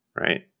right